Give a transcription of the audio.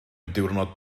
diwrnod